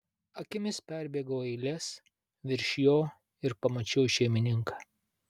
akimis perbėgau eiles virš jo ir pamačiau šeimininką